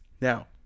Now